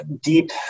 deep